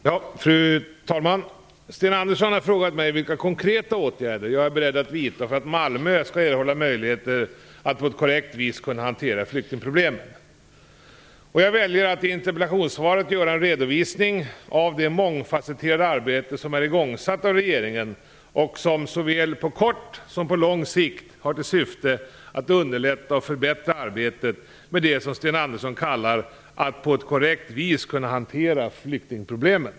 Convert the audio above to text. Fru talman! Sten Andersson har frågat mig vilka konkreta åtgärder jag är beredd att vidta för att Malmö skall erhålla möjligheter att på ett korrekt vis kunna hantera flyktingproblemen. Jag väljer att i interpellationssvaret göra en redovisning av det mångfacetterade arbete som är igångsatt av regeringen och som såväl på kort som på lång sikt har till syfte att underlätta och förbättra arbetet med det som Sten Andersson kallar "att på ett korrekt vis kunna hantera flyktingproblemen".